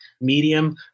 Medium